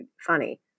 funny